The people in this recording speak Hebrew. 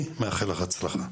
אני מאחל לך הצלחה.